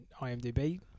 IMDb